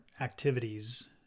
activities